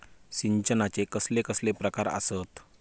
सिंचनाचे कसले कसले प्रकार आसत?